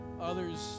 Others